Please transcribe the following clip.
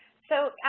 so,